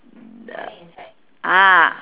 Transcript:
ah